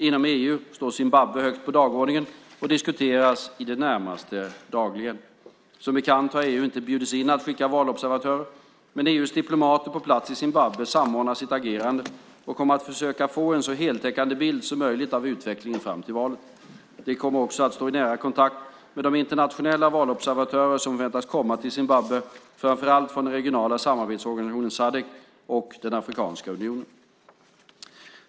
Inom EU står Zimbabwe högt på dagordningen och diskuteras i det närmaste dagligen. Som bekant har EU inte bjudits in att skicka valobservatörer, men EU:s diplomater på plats i Zimbabwe samordnar sitt agerande och kommer att försöka få en så heltäckande bild som möjligt av utvecklingen fram till valet. De kommer också att stå i nära kontakt med de internationella valobservatörer som förväntas komma till Zimbabwe, framför allt från den regionala samarbetsorganisationen SADC och Afrikanska unionen.